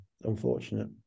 unfortunate